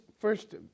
first